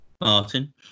martin